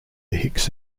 hicks